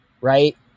right